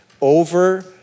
over